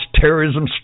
terrorism